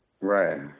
Right